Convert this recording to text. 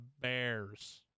Bears